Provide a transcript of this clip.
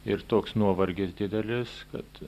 ir toks nuovargis didelis kad